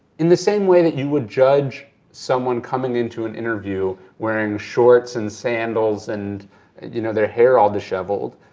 in the same way that you would judge someone coming into an interview wearing shorts and sandals and you know their hair all disheveled,